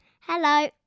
Hello